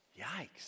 Yikes